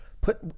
put